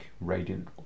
Radiant